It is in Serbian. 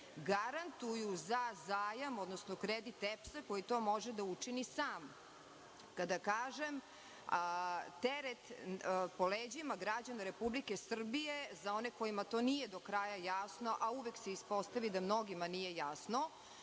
garantuju za zajam, odnosno kredit EPS-a koji to može da učini sam. Kada kažem teret po leđima građana Republike Srbije, za one kojima to nije do kraja jasno, a uvek se ispostavi da mnogima nije jasno,